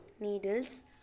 needles